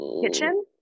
kitchen